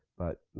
but